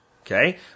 Okay